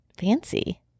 fancy